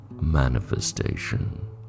manifestation